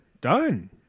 Done